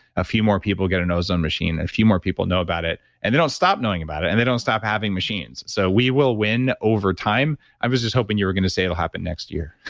a few more people get an ozone machine, and a few more people know about it and they don't stop knowing about it, and they don't stop having machines. so, we will win over time, i was just hoping you were going to say it'll happen next year